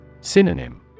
Synonym